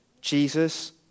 Jesus